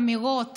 אמירות